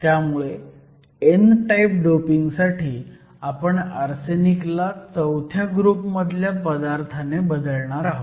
त्यामुळे n type डोपिंगसाठी आपण आर्सेनिकला चौथ्या ग्रुप मधल्या पदार्थाने बदलणार आहोत